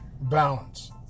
balance